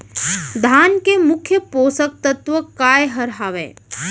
धान के मुख्य पोसक तत्व काय हर हावे?